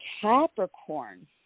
Capricorn